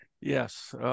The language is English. Yes